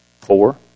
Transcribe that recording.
four